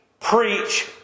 Preach